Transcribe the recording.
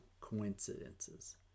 coincidences